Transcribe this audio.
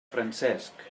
francesc